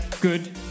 good